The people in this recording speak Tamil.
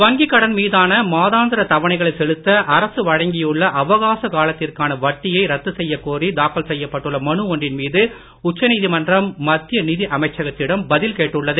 வங்கிக் கடன் மீதான மாதாந்திர தவணைகளை செலுத்த அரசு வழங்கியுள்ள அவகாச காலத்திற்கான வட்டியை ரத்து செய்யக் கோரி தாக்கல் செய்யப்பட்டுள்ள மனு ஒன்றின் மீது உச்ச நீதிமன்றம் மத்திய நிதி அமைச்சகத்திடம் பதில் கேட்டுள்ளது